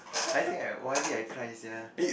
I think I o_r_d I cry sia